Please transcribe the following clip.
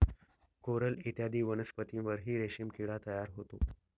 coral इत्यादी वनस्पतींवरही रेशीम किडा तयार होतो